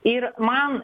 ir man